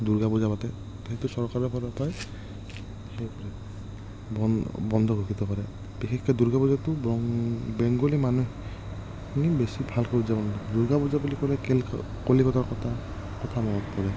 দুৰ্গা পূজা পাতে সেইটো চৰকাৰৰ ফালৰ পৰাই হেৰি কৰে বন্ধ বন্ধ ঘোষিত কৰে বিশেষকৈ দুৰ্গা পূজাটো বেংগলী মানুহখিনি বেছি ভালকৈ উদযাপন দুৰ্গা পূজা বুলি ক'লে কলিকতাৰ কথা কথা মনত পৰে